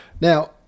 Now